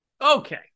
Okay